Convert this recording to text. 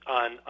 on